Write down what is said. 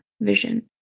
vision